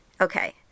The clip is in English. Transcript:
okay